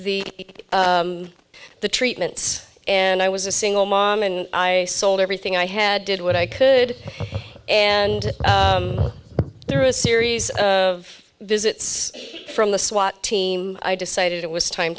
week the treatments and i was a single mom and i sold everything i had did what i could and there were a series of visits from the swat team i decided it was time